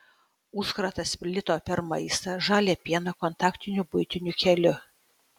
užkratas plito per maistą žalią pieną kontaktiniu buitiniu keliu